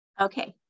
Okay